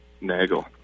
Nagel